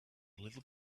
little